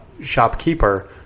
shopkeeper